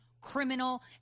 criminal